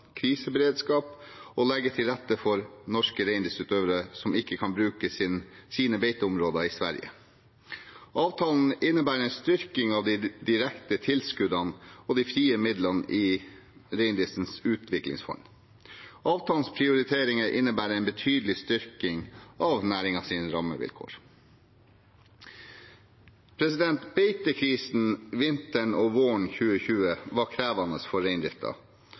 kriseberedskap og å legge til rette for norske reindriftsutøvere som ikke kan bruke sine beiteområder i Sverige. Avtalen innebærer en styrking av de direkte tilskuddene og de frie midlene i reindriftens utviklingsfond. Avtalens prioriteringer innebærer en betydelig styrking av næringens rammevilkår. Beitekrisen vinteren og våren 2020 var krevende for